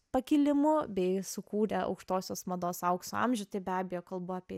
pakilimu bei sukūrė aukštosios mados aukso amžių tai be abejo kalbu apie